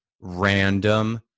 random